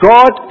God